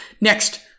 Next